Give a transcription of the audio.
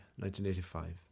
1985